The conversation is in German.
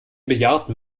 bejahrten